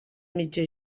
mitja